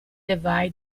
divide